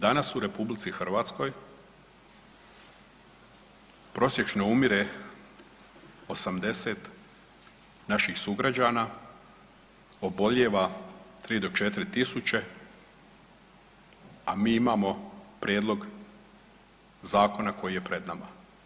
Danas u RH prosječno umire 80 naših sugrađana, obolijeva 3 do 4.000, a mi imamo prijedlog zakona koji je pred nama.